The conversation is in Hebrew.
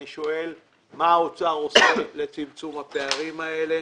אני שואל מה האוצר עושה לצמצום הפערים האלה,